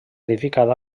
edificada